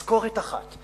משכורת אחת,